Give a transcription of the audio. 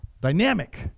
dynamic